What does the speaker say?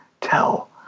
tell